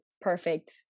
perfect